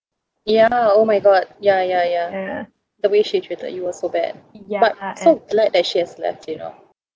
ya oh my god ya ya ya the way she treated you was so bad but so glad that she has left you know